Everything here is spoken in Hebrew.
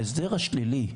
ההסדר השלילי,